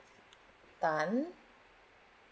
tan